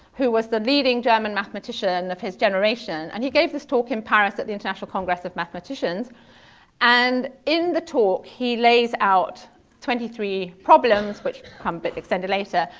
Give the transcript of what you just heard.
who was the leading german mathematician of his generation. and he gave this talk in paris at the international congress of mathematicians and in the talk he lays out twenty three problems which come a bit extended later.